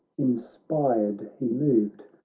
inspired he moved,